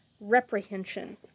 reprehension